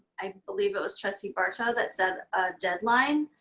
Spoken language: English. i believe it was trustee barto that said a deadline.